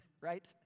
Right